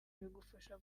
bigufasha